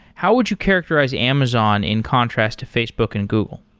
how would you characterize amazon in contrast to facebook and google?